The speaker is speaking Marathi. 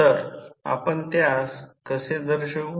तर आपण त्यास कसे दर्शवू